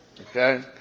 okay